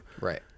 Right